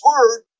word